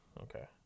Okay